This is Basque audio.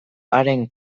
haren